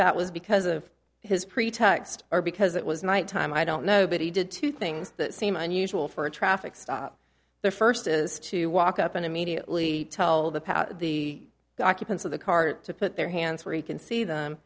that was because of his pretext or because it was night time i don't know but he did two things that seem unusual for a traffic stop the first is to walk up and immediately tell the path the occupants of the car to put their hands where he can see them